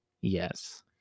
Yes